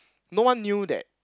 no one knew that